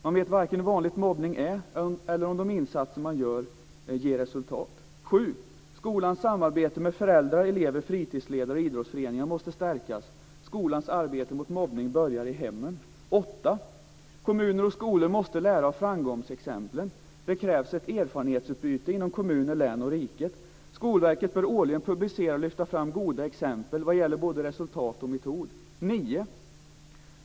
Man vet varken hur vanlig mobbning eller om de insatser man gör ger resultat. 7. Skolans samarbete med föräldrar, elever, fritidsledare och idrottsföreningar måste stärkas. Skolans arbete mot mobbning börjar i hemmen. 8. Kommuner och skolor måste lära av framgångsexemplen. Det krävs ett erfarenhetsutbyte inom kommuner, län och riket. Skolverket bör årligen publicera och lyfta fram goda exempel vad gäller både resultat och metod. 9.